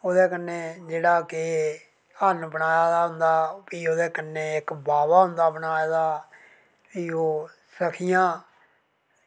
ओह्दे कन्नै जेह्ड़ा कि हरण बनाए दा होंदा भी ओह्दे कन्नै इक बाबा बनाए दा होंदा भी ओह् सखियां